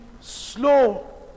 slow